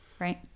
right